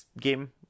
game